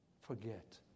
forget